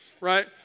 Right